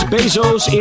Bezos